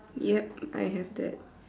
yup I have that